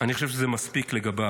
אני חושב שזה מספיק לגביו.